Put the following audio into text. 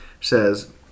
says